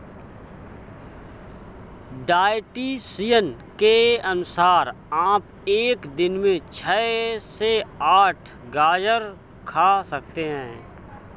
dietitian के अनुसार आप एक दिन में छह से आठ गाजर खा सकते हैं